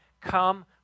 come